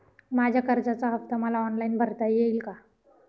माझ्या कर्जाचा हफ्ता मला ऑनलाईन भरता येईल का?